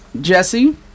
Jesse